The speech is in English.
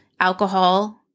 alcohol